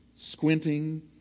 squinting